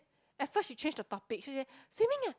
at first she change the topic she say swimming ah